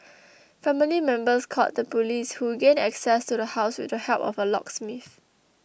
family members called the police who gained access to the house with the help of a locksmith